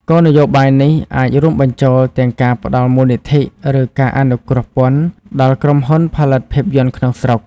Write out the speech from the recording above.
គោលនយោបាយនេះអាចរួមបញ្ចូលទាំងការផ្តល់មូលនិធិ ឬការអនុគ្រោះពន្ធដល់ក្រុមហ៊ុនផលិតភាពយន្តក្នុងស្រុក។